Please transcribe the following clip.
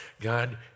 God